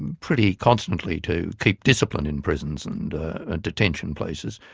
and pretty constantly to keep discipline in prisons and detention places.